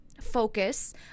focus